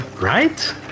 Right